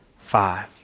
five